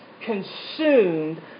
consumed